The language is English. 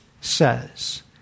says